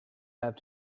have